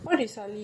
okay